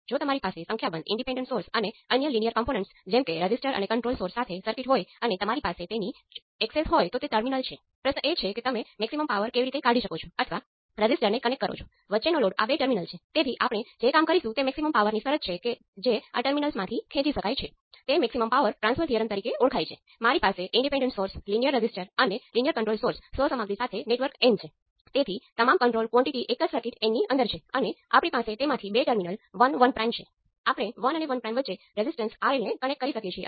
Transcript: અને બંને બાજુએ ઇન્ડિપેન્ડન્ટ વેરિયેબલ અથવા કરંટ બનવા માટે બંને બાજુએ વોલ્ટેજ લેવાની જરૂર નથી આપણે થોડું ઘણું કરી શકીએ છીએ